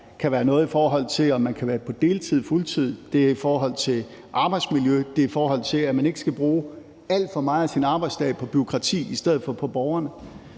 kan være noget, i forhold til om man kan være på deltid eller fuld tid; det er i forhold til arbejdsmiljø; det er, i forhold til at man ikke skal bruge alt for meget af sin arbejdsdag på bureaukrati, men i stedet for på borgerne